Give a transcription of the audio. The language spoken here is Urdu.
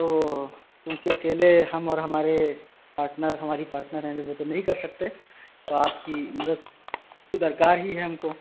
تو کیونکہ اکیلے ہم اور ہمارے پارٹنر ہماری پارٹنر ہیں جو وہ تو نہیں کر سکتے تو آپ کی مدد تو درکار ہی ہے ہم کو